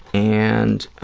and